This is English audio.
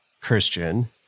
Christian